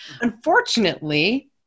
Unfortunately